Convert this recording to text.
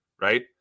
right